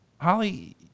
Holly